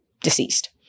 deceased